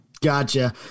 Gotcha